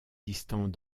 distant